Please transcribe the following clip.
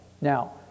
Now